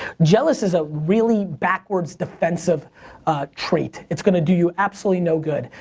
jealous is a really backwards defensive trait. it's gonna do you absolutely no good.